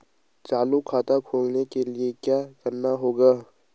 चालू खाता खोलने के लिए क्या करना होगा?